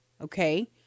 Okay